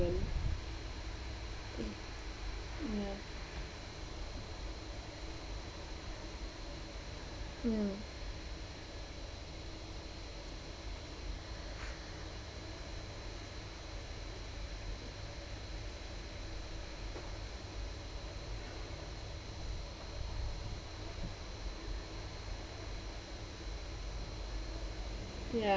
then ya ya ya